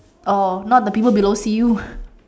oh not the people below see you